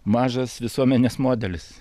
mažas visuomenės modelis